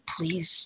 Please